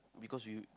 because we